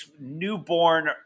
newborn